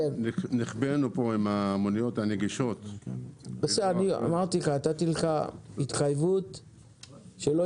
יש פה המון דרישות שהן חדשות גם